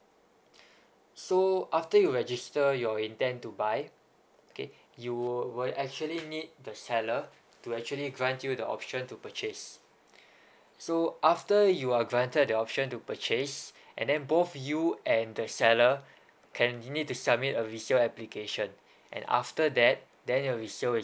so after you register your intent to buy okay you will actually need the seller to actually grant you the option to purchase so after you are granted the option to purchase and then both you and the seller can you need to submit a resale application and after then your resale